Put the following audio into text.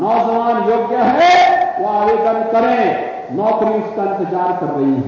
नौजवान योग्य है तो आवेदन करे नौकरी उसका इंतजार कर रही है